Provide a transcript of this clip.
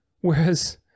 Whereas